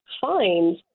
fines